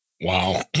Wow